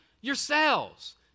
yourselves